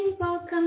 welcome